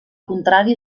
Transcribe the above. contrari